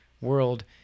world